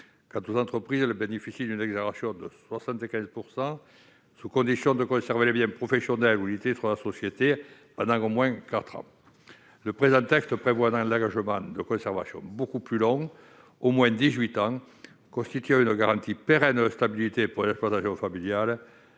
Quant aux entreprises, elles bénéficient d'une exonération de 75 % sous condition de conserver les biens professionnels ou les titres de la société pendant au moins quatre ans. Le présent amendement vise à prévoir un engagement beaucoup plus long d'au moins dix-huit ans, ce qui constitue une garantie pérenne de stabilité pour l'exploitation familiale,